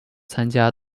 参加